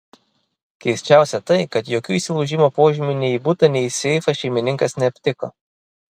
keisčiausia tai kad jokių įsilaužimo požymių nei į butą nei į seifą šeimininkas neaptiko